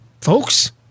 folks